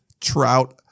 trout